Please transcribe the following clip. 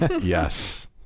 Yes